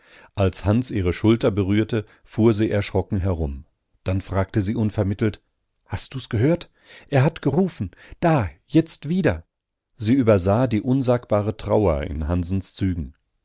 als hans ihre schulter berührte fuhr sie erschrocken herum dann fragte sie unvermittelt hast du's gehört er hat gerufen da jetzt wieder sie übersah die unsagbare trauer in hansens zügen